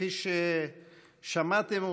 כפי ששמעתם,